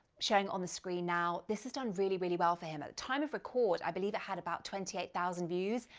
showing on the screen now. this has done really, really well for him. at time of record, i believe it had about twenty eight thousand views.